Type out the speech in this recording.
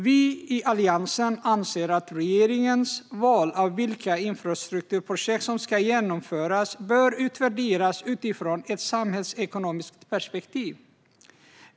Vi i Alliansen anser att regeringens val av infrastrukturprojekt som ska genomföras bör utvärderas utifrån ett samhällsekonomiskt perspektiv.